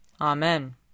Amen